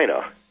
China